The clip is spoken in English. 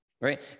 right